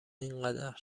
اینقدر